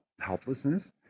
helplessness